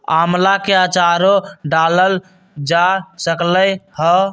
आम्ला के आचारो डालल जा सकलई ह